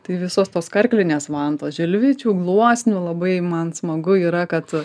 tai visos tos karklinės vantos žilvičių gluosnių labai man smagu yra kad